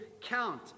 count